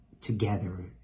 together